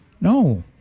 No